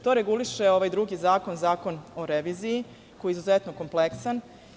To reguliše ovaj drugi zakon, Zakon o reviziji, koji je izuzetno kompleksan.